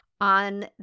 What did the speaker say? on